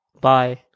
Bye